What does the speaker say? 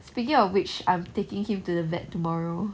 speaking of which I'm taking him to the vet tomorrow